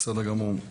בסדר גמור.